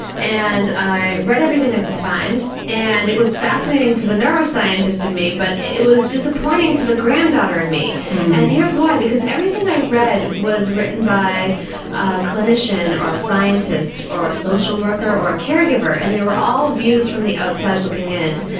and i read everything i could find and it was fascinating to the neuroscientist in me but it was disappointing to the grand-daughter in me and here's why because everything i read was written by a clinician, or scientist, or a social worker, or a caregiver, and they were all views from the outside looking in.